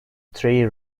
three